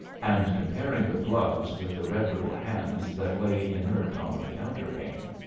and comparing the gloves with the red little hands that lay inert on the counterpane.